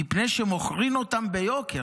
מפני שמוכרין אותן ביוקר".